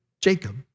Jacob